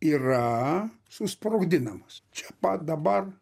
yra susprogdinamas čia pat dabar